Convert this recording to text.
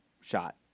shot